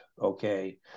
okay